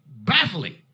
baffling